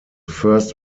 first